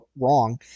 wrong